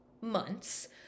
months